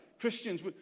Christians